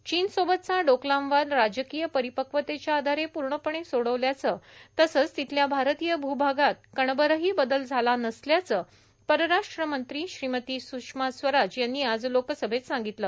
चीनसोबतचा डोकलाम वाद राजकीय परिपक्वतेच्या आधारे पूर्णपणे सोडवल्याचं तसंच तिथल्या भारतीय भूभागात कणभरही बदल झाला नसल्याचं परराष्ट्रमंत्री श्रीमती सुषमा स्वराज यांनी आज लोकसभेत सांगितलं